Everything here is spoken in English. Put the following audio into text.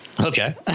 okay